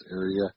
area